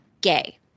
gay